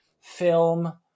film